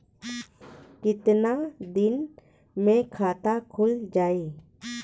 कितना दिन मे खाता खुल जाई?